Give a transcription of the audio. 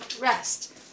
rest